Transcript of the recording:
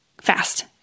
fast